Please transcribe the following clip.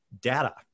data